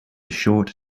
short